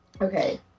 Okay